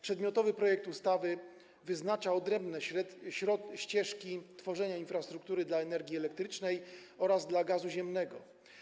Przedmiotowy projekt ustawy wyznacza odrębne ścieżki tworzenia infrastruktury dla energii elektrycznej oraz gazu ziemnego.